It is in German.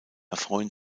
erfreuen